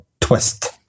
twist